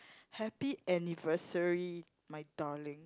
happy anniversary my darling